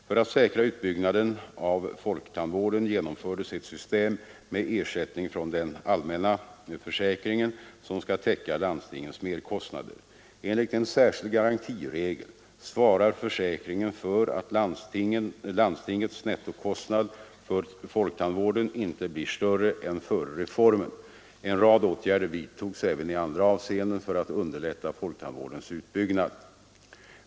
För att säkra utbyggnaden av folktandvården genomfördes ett system med ersättning från den allmänna försäkringen som skall täcka landstingens merkostnader. Enligt en särskild garantiregel svarar försäkringen för att landstingets nettokostnad för folktandvården inte blir större än före reformen. En rad åtgärder vidtogs även i andra avseenden för att underlätta folktandvårdens utbyggnad.